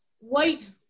white